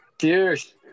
Cheers